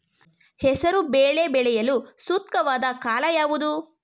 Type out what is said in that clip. ಹೆಸರು ಬೇಳೆ ಬೆಳೆಯಲು ಸೂಕ್ತವಾದ ಕಾಲ ಯಾವುದು?